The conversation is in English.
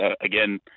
again